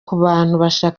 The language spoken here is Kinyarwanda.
kwiyamamaza